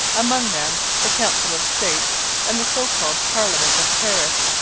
among them the council of state and the so-called parliament of paris,